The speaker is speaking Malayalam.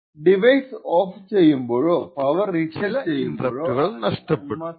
ഡിവൈസ് ഓഫ് ചെയ്യുമ്പോഴോ പവർ റീസെറ്റ് ചെയ്യുമ്പോഴോ ആണ് അൺമസ്കബിൾ ഇന്റെര്പ്റ് വരുന്നത്